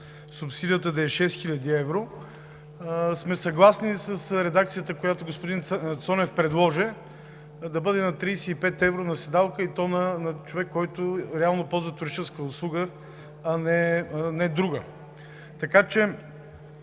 субсидията да е 6 хил. евро, сме съгласни и с редакцията, която господин Цонев предложи – да бъде 35 евро на седалка, и то на човек, който реално ползва туристическа, а не друга